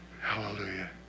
Hallelujah